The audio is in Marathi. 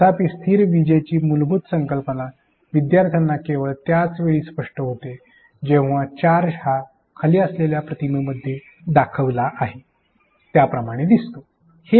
तथापि स्थिर विजेची मूलभूत संकल्पना विद्यार्थ्यांना केवळ त्यावेळेस स्पष्ट होते जेव्हा चार्ज हा खाली असलेल्या प्रतिमेमध्ये दर्शविलेला आहे त्याप्रमाणे दिसतो